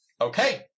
Okay